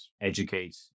educate